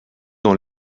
dans